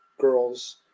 girls